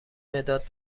مداد